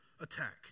attack